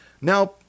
Now